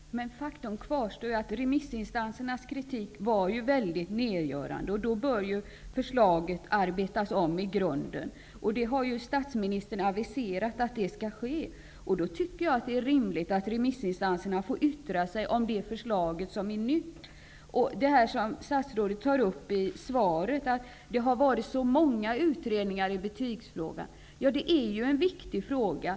Fru talman! Faktum kvarstår att remissinstansernas kritik var mycket nedgörande. Förslaget bör därför arbetas om i grunden. Statsministern har aviserat att det skall ske. Jag tycker därför att det är rimligt att remissinstanserna får yttra sig om förslaget. Statsrådet sade i svaret att det redan har gjorts så många utredningar i betygsfrågan. Det är en viktig fråga.